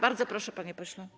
Bardzo proszę, panie pośle.